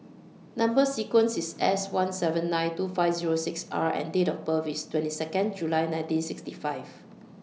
Number sequence IS S one seven nine two five Zero six R and Date of birth IS twenty Second July nineteen sixty five